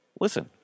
listen